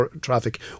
traffic